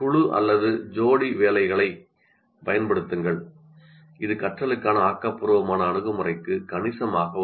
குழு அல்லது ஜோடி வேலைகளைப் பயன்படுத்துங்கள் இது கற்றலுக்கான ஆக்கபூர்வமான அணுகுமுறைக்கு கணிசமாக உதவும்